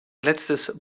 letztes